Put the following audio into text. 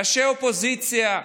ראשי אופוזיציה,